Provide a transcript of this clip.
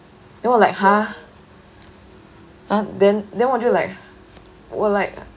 then 我 like !huh! then then 我就 like 我 like